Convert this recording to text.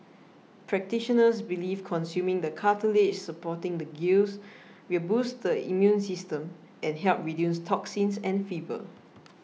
practitioners believe consuming the cartilage supporting the gills will boost the immune system and help reduce toxins and fever